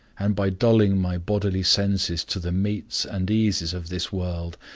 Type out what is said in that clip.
and by dulling my bodily senses to the meats and eases of this world,